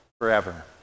forever